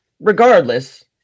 regardless